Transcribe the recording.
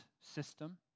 system